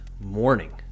morning